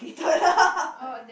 oh damn